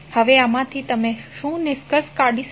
હવે આમાંથી તમે શું નિષ્કર્ષ કાઢી શકો